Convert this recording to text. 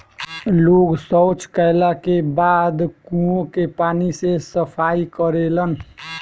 लोग सॉच कैला के बाद कुओं के पानी से सफाई करेलन